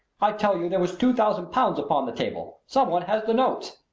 i tell you there was two thousand pounds upon the table. some one has the notes!